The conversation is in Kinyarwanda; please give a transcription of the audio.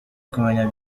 kumenya